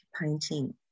painting